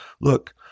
Look